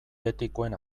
etikoen